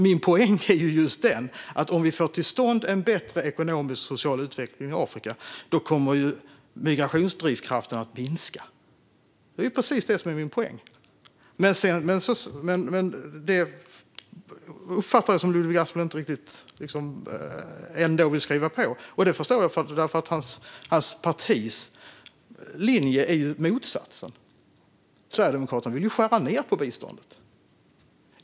Min poäng är att om vi får till stånd en bättre ekonomisk och social utveckling i Afrika kommer drivkraften att migrera att minska. Jag uppfattade det så att Ludvig Aspling ändå inte vill skriva på detta, och det kan jag förstå eftersom hans partis linje är motsatsen. Sverigedemokraterna vill skära ned på biståndet.